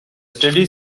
study